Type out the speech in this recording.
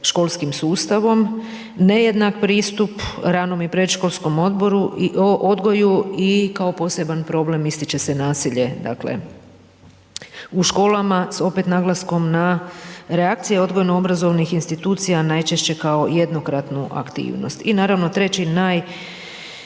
školskim sustavom, nejednak pristup, ranom i predškolskom odgoju i kao poseban problem ističe se nasilje, dakle, u školama, opet s naglaskom na reakcije odgojno obrazovnih institucija, najčešće kao jednokratnu aktivnost. I naravno treći najučestaliji,